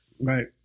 Right